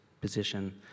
position